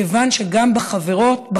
כיוון שגם בחברות,